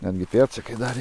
netgi pėdsakai dar